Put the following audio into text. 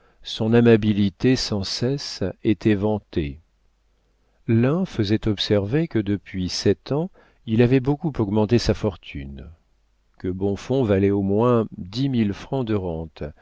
son amabilité sans cesse étaient vantés l'un faisait observer que depuis sept ans il avait beaucoup augmenté sa fortune que bonfons valait au moins dix mille francs de rente